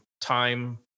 time